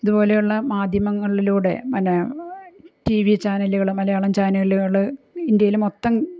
ഇതുപോലെയുള്ള മാധ്യമങ്ങളിലൂടെ പിന്നെ ടി വി ചാനലുകള് മലയാളം ചാനലുകള് ഇന്ത്യയില് മൊത്തം